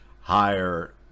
higher